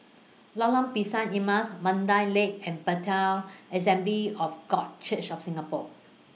Lorong Pisang Emas Mandai Lake and Bethel Assembly of God Church of Singapore